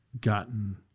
gotten